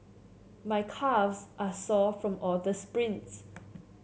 my calves are sore from all the sprints